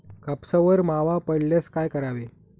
कापसावर मावा पडल्यास काय करावे?